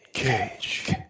Cage